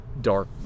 dark